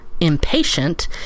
impatient